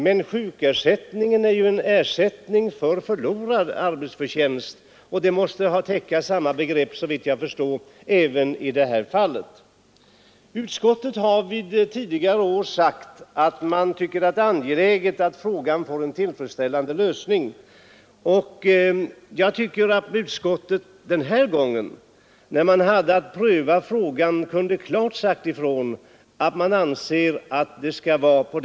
Men sjukpenningen är ju en ersättning för förlorad arbetsförtjänst och borde därför utgå även i det här fallet. Utskottet har tidigare år sagt att man anser det vara angeläget att frågan får en tillfredsställande lösning. Jag tycker att utskottet den här gången klart borde ha sagt ifrån att ersättning bör utgå.